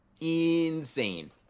insane